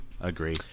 Agree